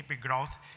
growth